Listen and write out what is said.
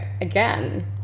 again